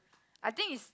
I think is